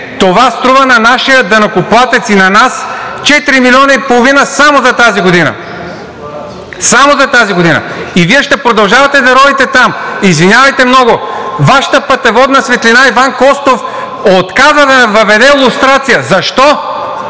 това струва на нашия данъкоплатец и на нас 4 милиона и половина само за тази година. Само за тази година! И Вие ще продължавате да ровите там. Извинявайте много, Вашата пътеводна светлина – Иван Костов, отказа да въведе лустрация. Защо?